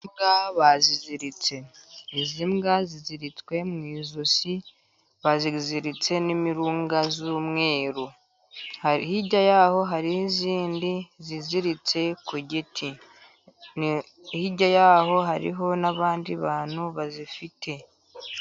Imbwa baziziritse, izi mbwa ziziritswe mu ijosi baziziritse n'imirunga y'umweru, hirya yaho hari n'izindi ziziritse ku giti hirya yaho hariho n'abandi bantu bazifite.